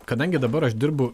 kadangi dabar aš dirbu